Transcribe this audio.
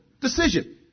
Decision